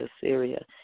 Syria